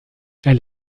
elle